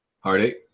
Heartache